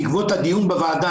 בעקבות הדיון בוועדה,